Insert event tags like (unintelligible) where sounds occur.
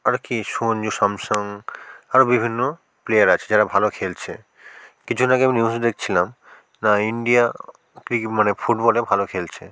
আরও কী সঞ্জু স্যামসন আরও বিভিন্ন প্লেয়ার আছে যারা ভালো খেলছে কিছু দিন আগে আমি নিউজে দেখছিলাম না ইন্ডিয়া (unintelligible) মানে ফুটবলে ভালো খেলছে